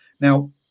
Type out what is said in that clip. Now